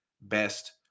best